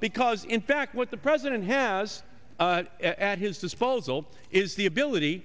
because in fact what the president has at his disposal is the ability